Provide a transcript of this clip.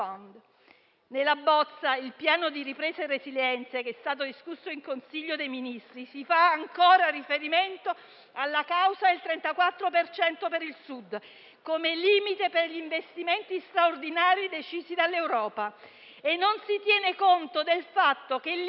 Nella bozza del piano di ripresa e resilienza che è stato discusso in Consiglio dei ministri, si fa ancora riferimento alla clausola del 34 per cento per il Sud come limite per gli investimenti straordinari decisi dall'Europa e non si tiene conto del fatto che l'Italia